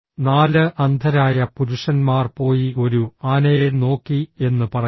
നാല് അന്ധരായ പുരുഷന്മാർ പോയി ഒരു ആനയെ നോക്കി എന്ന് പറയുന്നു